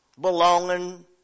Belonging